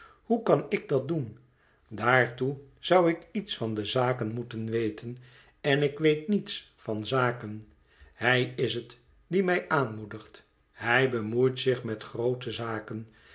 hoe kan ik dat doen daartoe zou ik iets van de zaken moeten weten en ik weet niets van zaken hij is het die mij aanmoedigt hij bemoeit zich met groote zaken